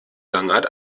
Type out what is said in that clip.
gangart